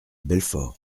belfort